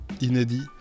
Inédit